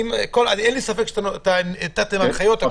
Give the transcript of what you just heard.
אין לי ספק שאתם נתתם הנחיות.